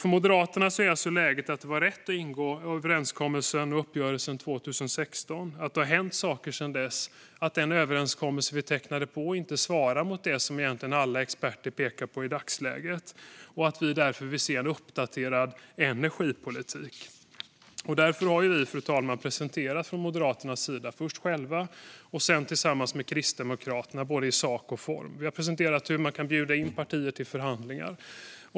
För Moderaterna är alltså läget att det var rätt att ingå överenskommelsen och uppgörelsen 2016. Sedan dess har det hänt saker. Den överenskommelse vi tecknade svarar inte mot det som egentligen alla experter pekar på i dagsläget, och därför vill vi se en uppdaterad energipolitik. Därför har vi från Moderaterna, fru talman, först själva och sedan tillsammans med Kristdemokraterna både i sak och i form presenterat hur man kan bjuda in partier till förhandlingar.